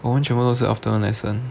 我们全部都是 afternoon lesson